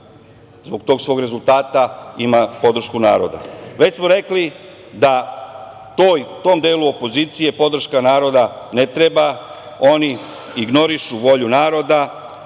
zbog tog svog rezultata ima podršku naroda. Već smo rekli da tom delu opozicije podrška naroda ne treba, oni ignorišu volju naroda